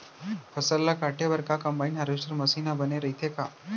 फसल ल काटे बर का कंबाइन हारवेस्टर मशीन ह बने रइथे का?